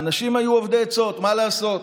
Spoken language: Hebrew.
האנשים היו אובדי עצות, מה לעשות?